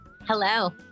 Hello